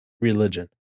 Religion